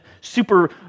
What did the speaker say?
super